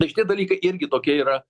tai šitie dalykai irgi tokie yra